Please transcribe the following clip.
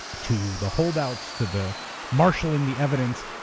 to the holdouts, to the marshaling the evidence.